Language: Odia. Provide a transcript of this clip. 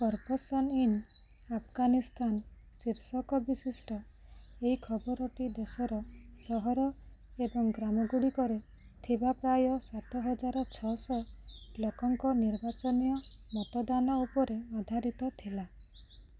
କରପ୍ସନ୍ ଇନ୍ ଆଫ୍ଗାନିସ୍ତାନ୍ ଶୀର୍ଷକ ବିଶିଷ୍ଟ ଏହି ଖବରଟି ଦେଶର ସହର ଏବଂ ଗ୍ରାମଗୁଡ଼ିକରେ ଥିବା ପ୍ରାୟ ସାତହଜାର ଛଅଶହ ଲୋକଙ୍କ ନିର୍ବାଚନୀୟ ମତଦାନ ଉପରେ ଆଧାରିତ ଥିଲା